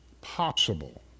possible